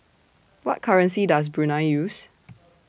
What currency Does Brunei use